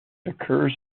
occurs